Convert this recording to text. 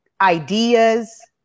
ideas